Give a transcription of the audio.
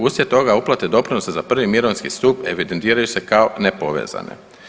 Uslijed toga uplate doprinosa za prvi mirovinski stup evidentiraju se kao nepovezane.